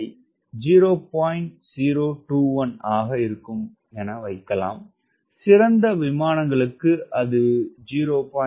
021 ஆக இருக்கும் சிறந்த விமானங்களுக்கு அது 0